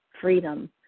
freedom